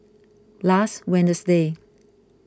last Wednesday